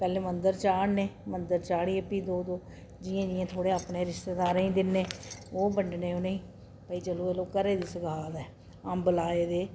पैह्लें मंदर चाढनें मंदर चाढ़ियै फ्ही दो दो जि'यां जि'यां थोह्ड़े अपने रिश्तेदारें ई दिन्ने ओह् बंडने उ'नें ई भई चलो घरै दी सगात ऐ अंब लाए दे